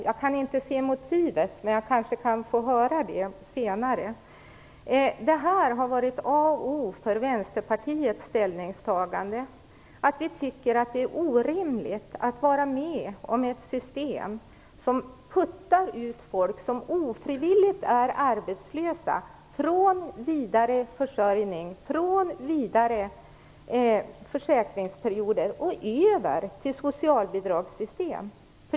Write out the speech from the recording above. Jag kan inte förstå motivet, men jag kanske kan få höra det senare. A och O för Vänsterpartiets ställningstagande har varit att vi tycker att det är orimligt att acceptera ett system som puttar ut folk som ofrivilligt är arbetslösa från vidare försörjning, från vidare försäkringsperioder och över till socialbidragssystem.